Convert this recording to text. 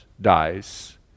dies